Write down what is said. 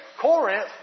Corinth